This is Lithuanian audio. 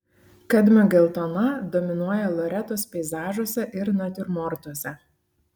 kadmio geltona dominuoja loretos peizažuose ir natiurmortuose